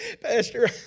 Pastor